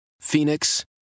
Phoenix